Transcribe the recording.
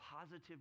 positive